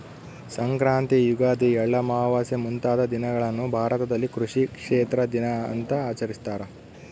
ಸಂಕ್ರಾಂತಿ ಯುಗಾದಿ ಎಳ್ಳಮಾವಾಸೆ ಮುಂತಾದ ದಿನಗಳನ್ನು ಭಾರತದಲ್ಲಿ ಕೃಷಿ ಕ್ಷೇತ್ರ ದಿನ ಅಂತ ಆಚರಿಸ್ತಾರ